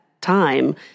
time